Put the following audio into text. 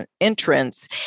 entrance